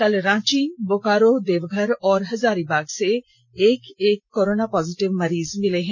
कल रांची बोकारो देवघर और हजारीबाग से एक एक कोरोना पॉजिटिव मरीज मिले हैं